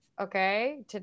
Okay